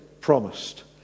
promised